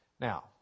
Now